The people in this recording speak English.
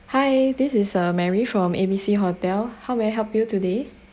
hi this is uh mary from a b c hotel how may I help you today